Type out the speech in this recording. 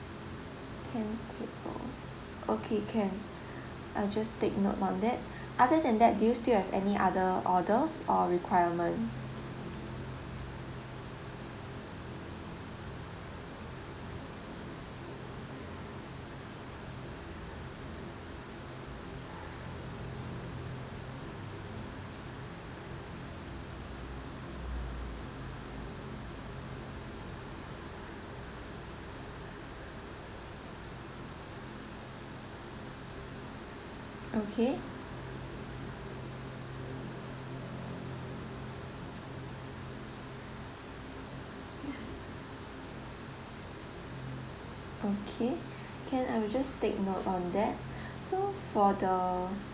ten tables okay can I'll just take note on that other than that do you still have any other orders or requirement okay ya okay can I will just take note on that so for the